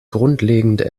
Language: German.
grundlegend